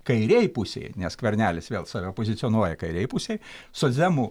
kairėj pusėj nes skvernelis vėl save pozicionuoja kairėj pusėj socdemų